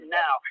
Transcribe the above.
now